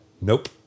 Nope